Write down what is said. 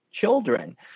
children